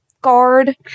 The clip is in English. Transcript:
guard